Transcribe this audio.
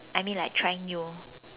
I mean like trying new